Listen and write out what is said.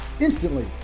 instantly